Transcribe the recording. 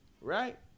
Right